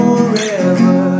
Forever